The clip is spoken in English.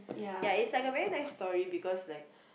ya it's like a very nice story because like